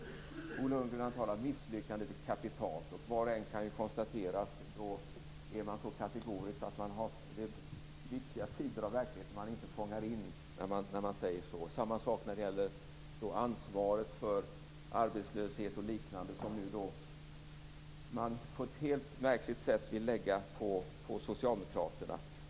Bo Lundgren har talat om att misslyckandet är kapitalt. Var och en kan ju konstatera att om man är så kategorisk finns det viktiga sidor av verkligheten som man inte fångar in. Detsamma gäller ansvaret för arbetslöshet och liknande. Det vill man nu på ett helt märkligt sätt lägga på socialdemokraterna.